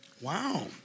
Wow